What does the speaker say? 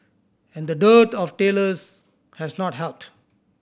and the dearth of tailors has not helped